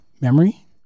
memory